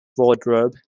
wardrobe